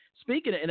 speaking –